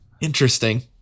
interesting